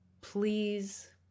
please